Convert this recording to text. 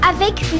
avec